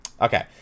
Okay